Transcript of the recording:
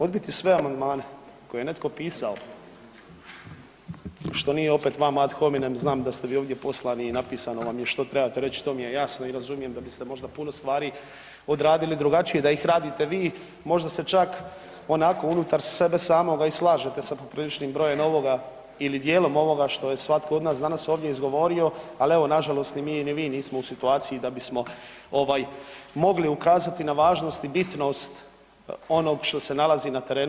Odbiti sve amandmane koje je netko pisao, što nije opet … [[Govornik se ne razumije]] znam da ste vi ovdje poslani i napisano vam je što trebate reć, to mi je jasno i razumijem da biste možda puno stvari odradili drugačije da ih radite vi, možda se čak onako unutar sebe samoga i slažete sa popriličnim brojem ovoga ili dijelom ovoga što je svatko od nas danas ovdje izgovorio, al evo nažalost ni mi, ni vi nismo u situaciji da bismo ovaj mogli ukazati na važnost i bitnost onog što se nalazi na terenu.